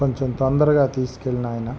కొంచం తొందరగా తీసుకెళ్ళు నాయన